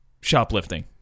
Shoplifting